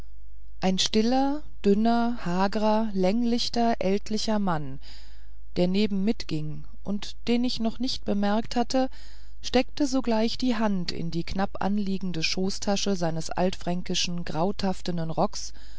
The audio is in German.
ein stiller dünner hagrer länglichter ältlicher mann der neben mitging und den ich noch nicht bemerkt hatte steckte sogleich die hand in die knapp anliegende schoßtasche seines altfränkischen grautaffentnen rockes